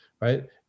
Right